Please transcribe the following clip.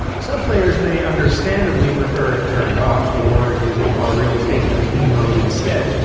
some players may understandably prefer it turned off, or using aureal's a three d mode instead.